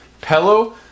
pillow